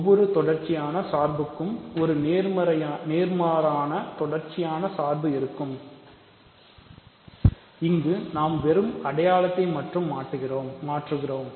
ஒவ்வொரு தொடர்ச்சியான சார் புக்கும் ஒரு நேர்மாறு யான தொடர்ச்சியான சார்பு இருக்கும் இங்கு நாம் வெறும் அடையாளத்தை மட்டும் மாற்றுகிறோம்